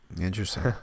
Interesting